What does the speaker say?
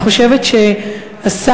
אני חושבת שהשר,